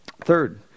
third